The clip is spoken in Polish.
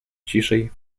ciszej